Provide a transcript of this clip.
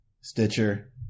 Stitcher